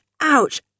Ouch